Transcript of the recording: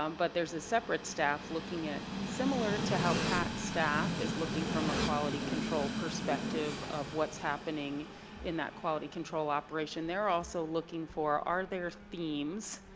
um but there's a separate staff looking at similar to how pat's staff is looking from a quality control perspective of what's happening in that quality control operation, they're also looking for are there themes,